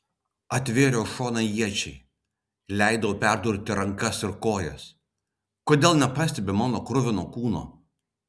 atvėriau šoną iečiai leidau perdurti rankas ir kojas kodėl nepastebi mano kruvino kūno